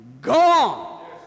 Gone